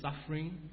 suffering